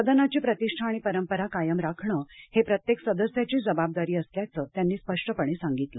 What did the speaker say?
सदनाची प्रतिष्ठा आणि परंपरा कायम राखणं ही प्रत्येक सदस्याची जबाबदारी असल्याचं त्यांनी स्पष्टपणे सांगितलं